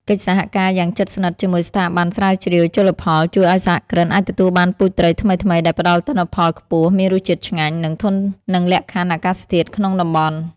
កិច្ចសហការយ៉ាងជិតស្និទ្ធជាមួយស្ថាប័នស្រាវជ្រាវជលផល ជួយឱ្យសហគ្រិនអាចទទួលបានពូជត្រីថ្មីៗដែលផ្ដល់ទិន្នផលខ្ពស់ មានរសជាតិឆ្ងាញ់ និងធន់នឹងលក្ខខណ្ឌអាកាសធាតុក្នុងតំបន់។